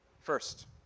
First